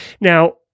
Now